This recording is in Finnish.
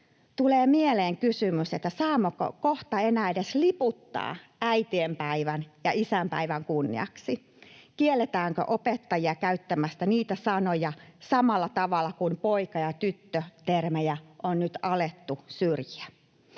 tulee mieleen kysymys, saammeko kohta enää edes liputtaa äitienpäivän ja isänpäivän kunniaksi. Kielletäänkö opettajia käyttämästä niitä sanoja samalla tavalla kuin poika- ja tyttö-termejä on nyt alettu syrjiä?